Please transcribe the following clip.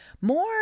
more